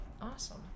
Awesome